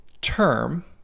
term